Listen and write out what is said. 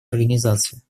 организации